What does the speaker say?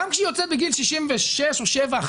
אבל גם כשהיא יוצאת בגיל 66 או 67,